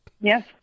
Yes